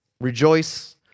Rejoice